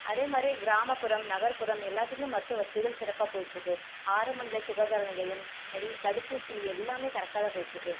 அதே மாதிரி கிராமப்புறம் நகர்ப்புறம் எல்லாத்துக்குமே மருத்துவ வசதிகள் சிறப்பாக போயிட்டிருக்கு ஆரம்பநிலை சுகாதார நிலையம் எல் தடுப்பூசி எல்லாமே கரெக்டாகதான் போயிகிட்ருக்கு